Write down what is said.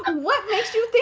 ah what makes